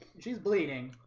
she's bleeding.